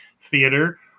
theater